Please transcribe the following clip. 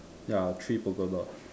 ya three poker dots